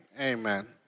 Amen